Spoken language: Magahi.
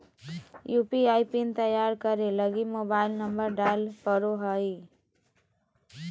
यू.पी.आई पिन तैयार करे लगी मोबाइल नंबर डाले पड़ो हय